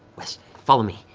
west. follow me!